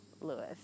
Lewis